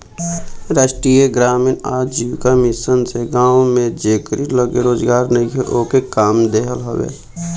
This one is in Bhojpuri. राष्ट्रीय ग्रामीण आजीविका मिशन से गांव में जेकरी लगे रोजगार नईखे ओके काम देहल हवे